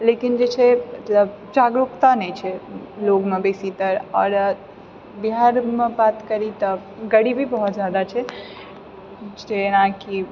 लेकिन जे छै मतलब जागरूकता नहि छै लोगमे बेसी तर आओर बिहारमे बात करि तऽ गरीबी बहुत जादा छै जेनाकि